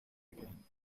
again